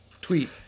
tweet